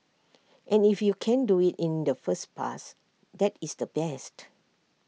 and if you can do IT in the first pass that is the best